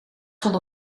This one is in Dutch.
stond